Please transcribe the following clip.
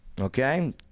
okay